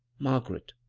margaret.